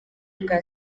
bwa